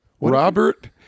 Robert